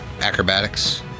acrobatics